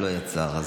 שלא יהיה צער.